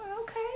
okay